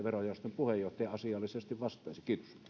verojaoston puheenjohtaja tähän asiallisesti vastaisi